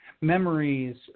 Memories